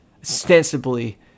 ostensibly